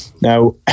Now